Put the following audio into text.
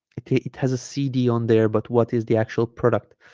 it has a cd on there but what is the actual product